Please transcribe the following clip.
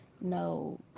no